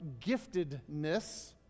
giftedness